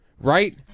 right